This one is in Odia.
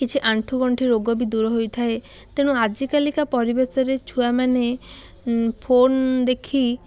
କିଛି ଆଣ୍ଠୁଗଣ୍ଠି ରୋଗ ବି ଦୂର ହୋଇଥାଏ ତେଣୁ ଆଜି କାଲିକା ପରିବେଶରେ ଛୁଆମାନେ ଫୋନ୍ ଦେଖି